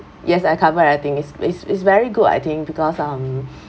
yes I cover everything is is is very good I think because um